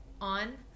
on